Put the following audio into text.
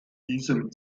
diesem